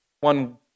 one